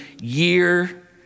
year